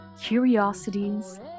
curiosities